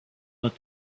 but